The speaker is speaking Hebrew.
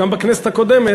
גם בכנסת הקודמת,